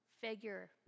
figure